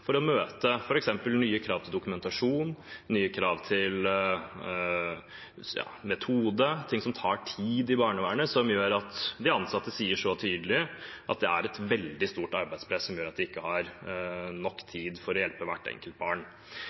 for å møte f.eks. nye krav til dokumentasjon, nye krav til metode – ting som tar tid i barnevernet, som gjør at de ansatte sier så tydelig at det er et veldig stort arbeidspress som gjør at de ikke har nok tid til å hjelpe hvert enkelt barn.